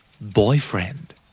Boyfriend